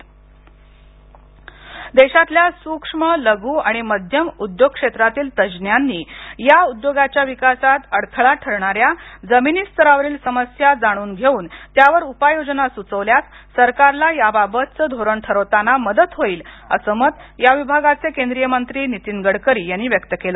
नीतीन गडकरी देशातल्या सूक्ष्म लघु आणि मध्यम उद्योग क्षेत्रातील तज्ञांनी या उद्योगांच्या विकासात अडथळा ठरणाऱ्या जमिनी स्तरावरील समस्या जाणून घेऊन त्यावर उपाययोजना सुचवल्यास सरकारला याबाबतच धोरण ठरवताना मदत होईल असं मत या विभागाचे केंद्रीय मंत्री नीतीन गडकरी यांनी व्यक्त केलं